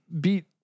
beat